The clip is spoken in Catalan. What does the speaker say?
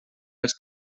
els